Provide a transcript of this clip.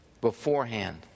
beforehand